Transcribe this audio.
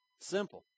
Simple